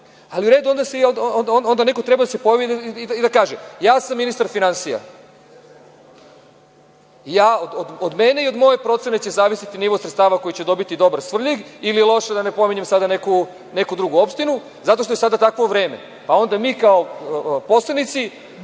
se tu seklo.U redu, onda neko treba da se pojavi i da kaže – ja sam ministar finansija, od mene i od moje procene će zavisiti nivo sredstava koji će dobiti dobar Svrljig ili loš, da ne pominjem sada neku drugu opštinu zato što je sada takvo vreme. Onda mi kao poslanici